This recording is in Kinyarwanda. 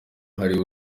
hariho